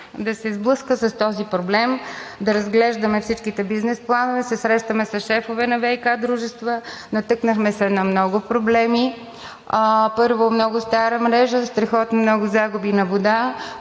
да се сблъска с този проблем – да разглеждаме всичките бизнес планове, да се срещаме с шефове на ВиК дружества, натъкнахме се на много проблеми. Първо, много стара мрежа, страхотно много загуби на вода,